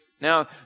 Now